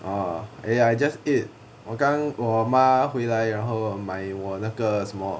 ah eh I just ate 我刚我妈回来然后买我那个什么